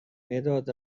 مداد